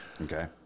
okay